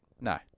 No